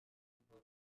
ball